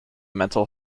mental